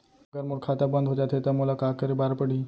अगर मोर खाता बन्द हो जाथे त मोला का करे बार पड़हि?